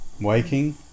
Waking